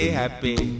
happy